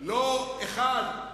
לא אחד,